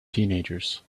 teenagers